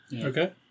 Okay